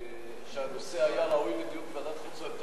אני חושב שהנושא היה ראוי לדיון בוועדת החוץ והביטחון,